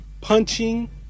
punching